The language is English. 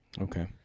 Okay